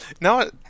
No